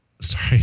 sorry